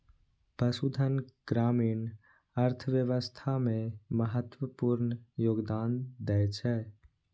पशुधन ग्रामीण अर्थव्यवस्था मे महत्वपूर्ण योगदान दै छै